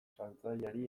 saltzaileari